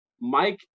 Mike